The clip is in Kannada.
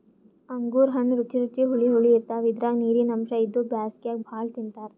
ಅಂಗೂರ್ ಹಣ್ಣ್ ರುಚಿ ರುಚಿ ಹುಳಿ ಹುಳಿ ಇರ್ತವ್ ಇದ್ರಾಗ್ ನೀರಿನ್ ಅಂಶ್ ಇದ್ದು ಬ್ಯಾಸ್ಗ್ಯಾಗ್ ಭಾಳ್ ತಿಂತಾರ್